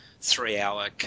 three-hour